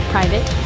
Private